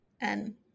and-